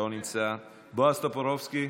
לא נמצא, בועז טופורובסקי,